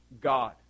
God